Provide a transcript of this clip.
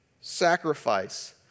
sacrifice